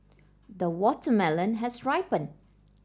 the watermelon has ripened